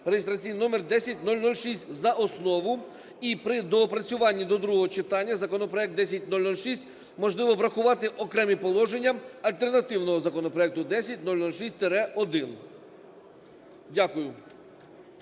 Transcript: (реєстраційний номер 10006) за основу. І при доопрацювання до другого читання законопроект 10006, можливо, врахувати окремі положення альтернативного законопроекту 10006-1. Дякую.